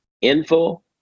info